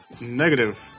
Negative